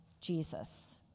Jesus